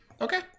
okay